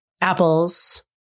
apples